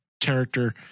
character